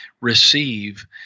receive